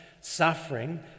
suffering